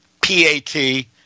p-a-t